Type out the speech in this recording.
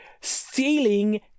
stealing